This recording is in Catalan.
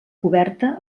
coberta